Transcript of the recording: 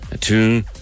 two